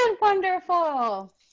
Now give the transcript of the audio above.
wonderful